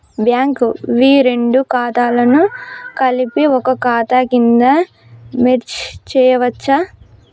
Bank వి రెండు ఖాతాలను కలిపి ఒక ఖాతా కింద మెర్జ్ చేయచ్చా?